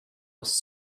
was